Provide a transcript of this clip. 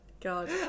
God